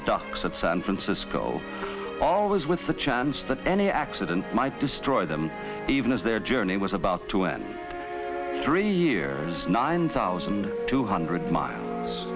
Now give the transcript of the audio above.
the docks at san francisco always with the chance that any accident might destroy them even as their journey was about to end three years nine thousand two hundred miles